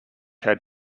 had